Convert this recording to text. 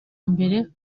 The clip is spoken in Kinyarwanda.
mbere